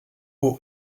aux